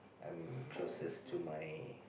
I'm closest to my